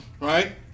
right